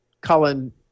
Colin